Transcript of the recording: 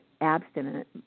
abstinent